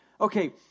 okay